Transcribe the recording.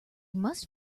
must